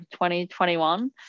2021